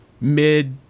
mid